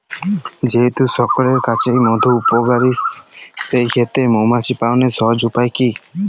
যেহেতু সকলের কাছেই মধু উপকারী সেই ক্ষেত্রে মৌমাছি পালনের সহজ উপায় কি?